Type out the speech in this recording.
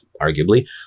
arguably